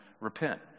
repent